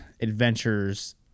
adventures